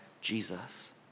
Jesus